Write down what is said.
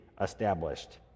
established